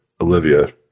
Olivia